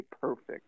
perfect